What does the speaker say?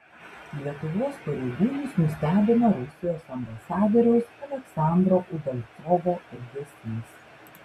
lietuvos pareigūnus nustebino rusijos ambasadoriaus aleksandro udalcovo elgesys